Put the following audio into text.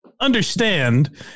understand